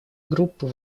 группы